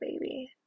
baby